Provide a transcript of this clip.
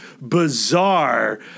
bizarre